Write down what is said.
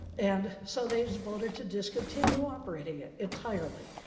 and so they voted to discontinue operating it entirely.